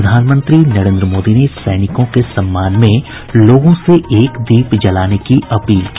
प्रधानमंत्री नरेंद्र मोदी ने सैनिकों के सम्मान में लोगों से एक दीप जलाने की अपील की